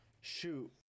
Shoot